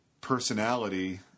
personality